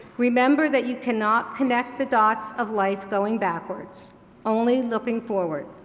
remember that you cannot connect the dots of life going backwards only looking forward.